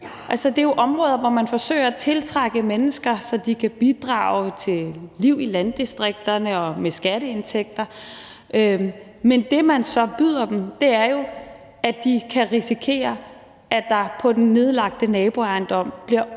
det er jo områder, hvor man forsøger at tiltrække mennesker, så de kan bidrage til liv i landdistrikterne og med skatteindtægter, men det, man så byder dem, er jo, at de kan risikere, at der på den nedlagte naboejendom bliver etableret